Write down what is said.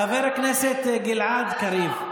חבר הכנסת גלעד קריב,